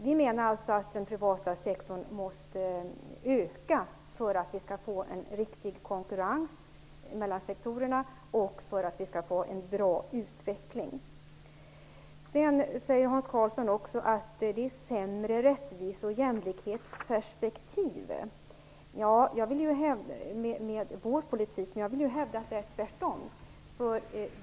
Vi menar att den privata sektorn måste öka för att vi skall få en riktig konkurrens mellan sektorerna och för att vi skall få en bra utveckling. Hans Karlsson säger också att vår politik är sämre ur rättvise och jämlikhetsperspektiv. Jag vill hävda att det är tvärtom.